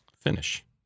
finish